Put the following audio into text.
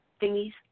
thingies